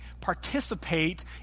participate